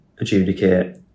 adjudicate